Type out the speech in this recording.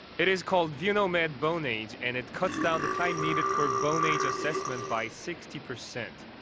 it is called vunomed-boneage, and it cuts down the time needed for bone age assessment by sixty percent.